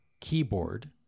keyboard